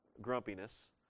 grumpiness